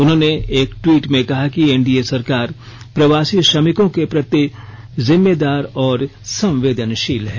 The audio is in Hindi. उन्होंने एक ट्वीट में कहा कि एनडीए सरकार प्रवासी श्रमिकों के प्रति जिम्मेदार और संवेदनशील है